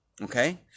okay